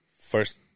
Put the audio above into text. First